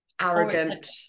arrogant